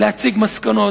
להציג מסקנות.